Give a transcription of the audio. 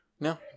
No